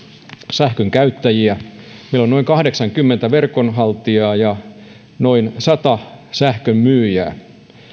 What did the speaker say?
sähkönkäyttäjiä meillä on noin kahdeksankymmentä verkonhaltijaa ja noin sata sähkönmyyjää